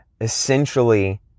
essentially